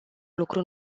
lucru